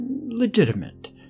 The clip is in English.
Legitimate